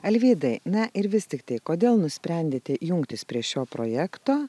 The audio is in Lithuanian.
alvydai na ir vis tiktai kodėl nusprendėte jungtis prie šio projekto